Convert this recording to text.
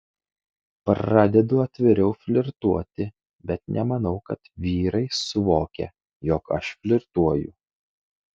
pradedu atviriau flirtuoti bet nemanau kad vyrai suvokia jog aš flirtuoju